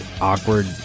awkward